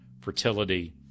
fertility